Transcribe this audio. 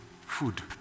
Food